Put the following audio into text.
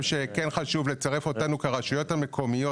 שכן חשוב לצרף אותנו כרשויות המקומיות,